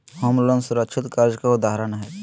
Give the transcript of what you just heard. home loan सुरक्षित कर्ज के उदाहरण हय